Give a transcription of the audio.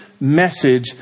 message